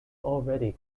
already